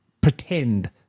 pretend